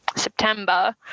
September